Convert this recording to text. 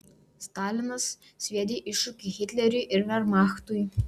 stalinas sviedė iššūkį hitleriui ir vermachtui